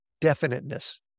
definiteness